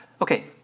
Okay